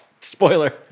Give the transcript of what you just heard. Spoiler